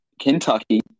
Kentucky